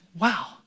wow